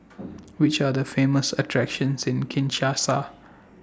Which Are The Famous attractions in Kinshasa